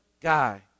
guy